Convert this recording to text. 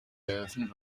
eröffnet